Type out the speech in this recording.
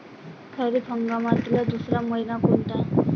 खरीप हंगामातला दुसरा मइना कोनता?